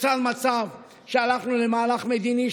נוצר מצב שהלכנו למהלך מדיני,